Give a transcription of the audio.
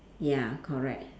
ya correct